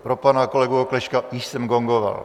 Pro pana kolegu Oklešťka, již jsem gongoval.